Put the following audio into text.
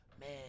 man